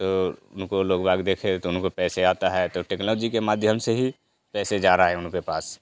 तो उनको लोग वाग भी देखें तो उनको पैसे आते हैं तो टेक्नोलॉजी के माध्यम से ही पैसा जा रहा है उनके पास